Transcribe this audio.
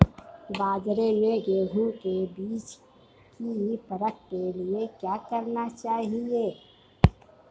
बाज़ार में गेहूँ के बीज की परख के लिए क्या करना चाहिए?